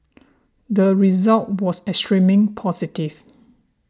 the result was extremely positive